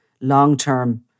long-term